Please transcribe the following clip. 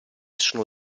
sono